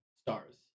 stars